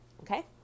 Okay